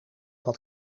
dat